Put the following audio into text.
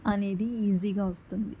అనేది ఈజీగా వస్తుంది